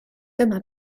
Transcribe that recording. dyma